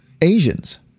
asians